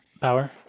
power